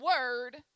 word